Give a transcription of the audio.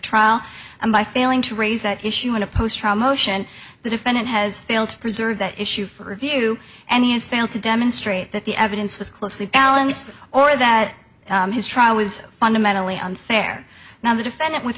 trial and by failing to raise that issue in a post from motion the defendant has failed to preserve that issue for review and he has failed to demonstrate that the evidence was closely balanced or that his trial was fundamentally unfair now the defendant with